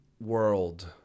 world